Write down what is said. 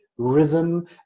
rhythm